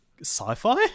sci-fi